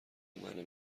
منه